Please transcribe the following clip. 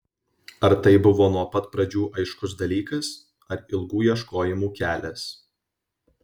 ar tai buvo nuo pat pradžių aiškus dalykas ar ilgų ieškojimų kelias